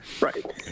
Right